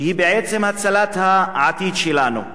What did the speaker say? שהיא בעצם הצלת העתיד שלנו.